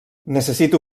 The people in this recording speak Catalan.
necessito